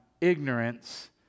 ignorance